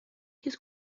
his